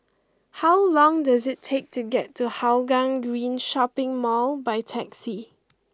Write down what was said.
how long does it take to get to Hougang Green Shopping Mall by taxi